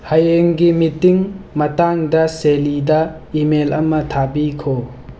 ꯍꯌꯦꯡꯒꯤ ꯃꯤꯇꯤꯡ ꯃꯇꯥꯡꯗ ꯆꯦꯜꯂꯤꯗ ꯏꯃꯦꯜ ꯑꯃ ꯊꯥꯕꯤꯈꯣ